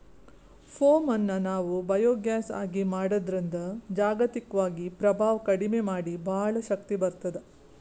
ಪೋಮ್ ಅನ್ನ್ ನಾವ್ ಬಯೋಗ್ಯಾಸ್ ಆಗಿ ಮಾಡದ್ರಿನ್ದ್ ಜಾಗತಿಕ್ವಾಗಿ ಪ್ರಭಾವ್ ಕಡಿಮಿ ಮಾಡಿ ಭಾಳ್ ಶಕ್ತಿ ಬರ್ತ್ತದ